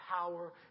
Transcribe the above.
power